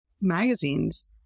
magazines